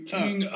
King